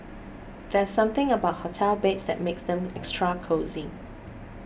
there's something about hotel beds that makes them extra cosy